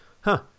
Huh